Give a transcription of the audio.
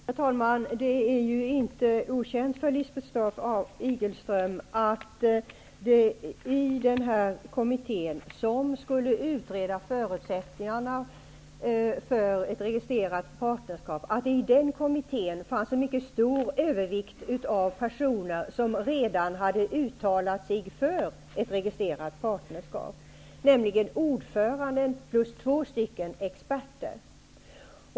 Herr talman! Det är inte okänt för Lisbeth Staaf Igelström att det i den kommitté som skulle utreda förutsättningarna för ett registrerat partnerskap fanns mycket stor övervikt av personer som redan hade uttalat sig för ett registrerat partnerskap, nämligen ordföranden och två experter.